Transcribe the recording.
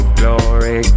glory